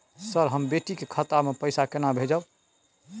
Sir, हम बेटी के खाता मे पैसा केना भेजब?